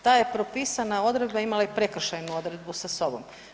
Ta je propisana odredba imala i prekršajnu odredbu sa sobom.